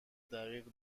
دقیق